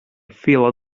feel